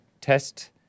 test